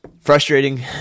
frustrating